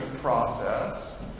process